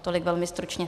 Tolik velmi stručně.